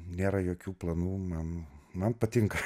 nėra jokių planų man man patinka